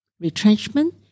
retrenchment